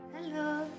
Hello